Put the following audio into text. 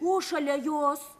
o šalia jos